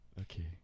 okay